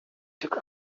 took